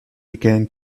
began